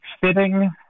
fitting